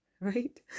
right